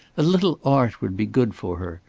a little art would be good for her.